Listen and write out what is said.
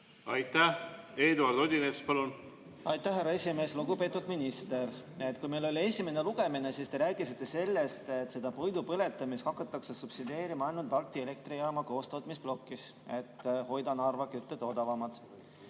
palun! Eduard Odinets, palun! Aitäh, härra esimees! Lugupeetud minister! Kui meil oli esimene lugemine, siis te rääkisite sellest, et puidu põletamist hakatakse subsideerima ainult Balti Elektrijaama koostootmisplokis, et hoida Narva küte odavam.